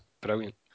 brilliant